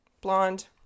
Blonde